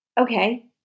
Okay